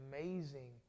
amazing